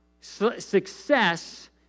Success